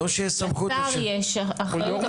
לשר יש אחריות,